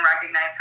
recognize